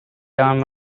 jangan